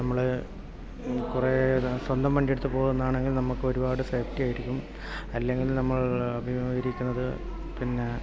നമ്മൾ കുറേ സ്വന്തം വണ്ടിയെടുത്ത് പോകുന്നതാണെങ്കിൽ നമുക്ക് ഒരുപാട് സേഫ്റ്റിയായിരിക്കും അല്ലെങ്കിൽ നമ്മൾ അഭിമുഖീകരിക്കുന്നത് പിന്നെ